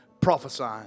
prophesying